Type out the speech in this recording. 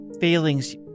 feelings